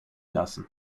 lassen